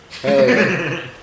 hey